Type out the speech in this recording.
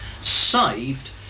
saved